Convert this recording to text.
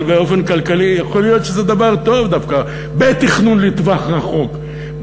אבל באופן כלכלי יכול להיות שזה דבר טוב דווקא בתכנון לטווח רחוק,